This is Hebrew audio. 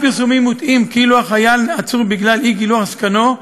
פרסומים מוטעים כאילו החייל עצור בגלל אי-גילוח זקנו,